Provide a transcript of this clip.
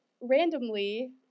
randomly